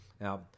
Now